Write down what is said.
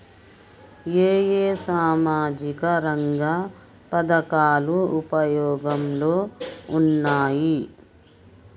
ఏ ఏ సామాజిక రంగ పథకాలు ఉపయోగంలో ఉన్నాయి?